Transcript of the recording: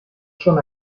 son